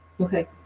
Okay